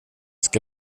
ska